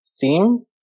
theme